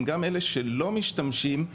גם אלה שלא משתמשים,